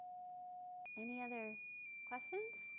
any other questions?